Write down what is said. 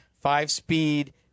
five-speed